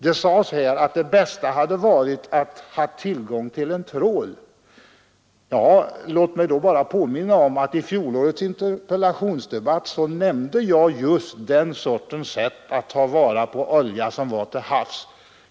Det sades här att det bästa hade varit att ha tillgång till en trål. Låt mig då bara påminna om att i fjolårets interpellationsdebatt nämnde jag just det sättet att ta vara på olja till havs.